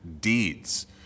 deeds